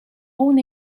own